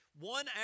One